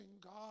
God